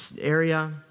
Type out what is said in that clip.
area